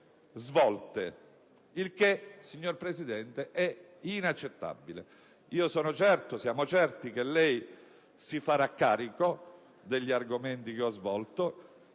svolte, il che, signor Presidente, è inaccettabile. Siamo certi che lei si farà carico degli argomenti che ho svolto,